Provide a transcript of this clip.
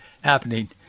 happening